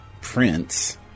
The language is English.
prince